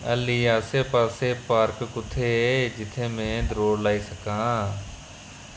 अल्ली आस्सै पास्सै पार्क कु'त्थै ऐ जित्थै में द्रौड़ लाई सकां